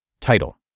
Title